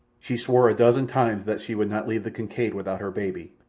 she swore a dozen times that she would not leave the kincaid without her baby,